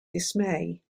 dismay